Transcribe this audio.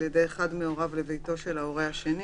ידי אחד מהוריו לביתו של ההורה השני,